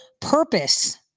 purpose